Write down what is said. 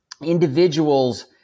individuals